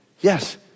yes